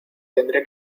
tendré